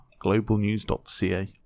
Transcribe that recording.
Globalnews.ca